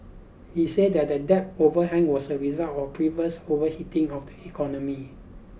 he said that the debt overhang was a result of previous overheating of the economy